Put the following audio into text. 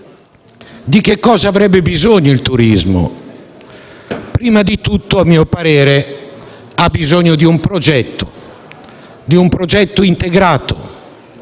Di che cosa avrebbe bisogno il turismo? Prima di tutto - a mio parere - ha bisogno di un progetto, di un progetto integrato,